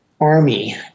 army